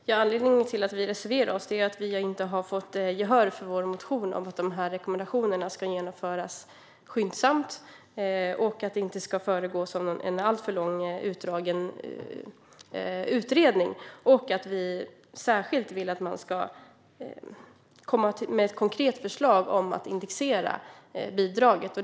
Herr talman! Anledningen till att vi reserverar oss är att vi inte har fått gehör för vår motion om att de här rekommendationerna ska genomföras skyndsamt, att det inte ska föregås av en alltför lång utredning och att vi särskilt vill att man ska komma med ett konkret förslag om att indexera bidraget.